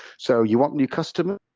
so you want new customer